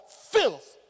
filth